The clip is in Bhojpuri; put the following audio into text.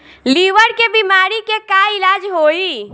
लीवर के बीमारी के का इलाज होई?